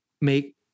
make